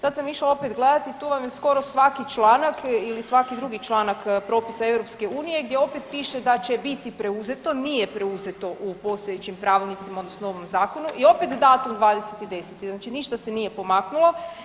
Sad sam išla opet gledati, tu vam je skoro svaki članak ili svaki drugi članak propisa EU gdje opet piše da će biti preuzeto, nije preuzeto u postojećim pravilnicima odnosno ovom Zakonu i opet datum 20.10., znači ništa se nije pomaknulo.